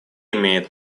имеет